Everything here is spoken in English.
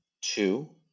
two